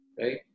Right